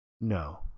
No